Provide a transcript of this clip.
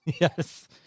Yes